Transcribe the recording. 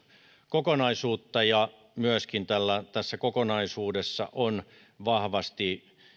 kokonaisuutta ja myöskin tässä kokonaisuudessa on vahvasti